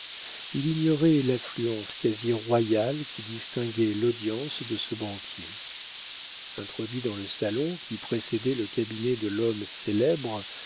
il ignorait l'affluence quasi royale qui distinguait l'audience de ce banquier introduit dans le salon qui précédait le cabinet de l'homme célèbre